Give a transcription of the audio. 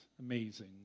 amazing